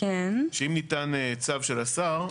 שאם ניתן צו של השר,